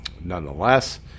nonetheless